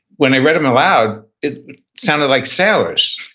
when they read them aloud it sounded like sailors.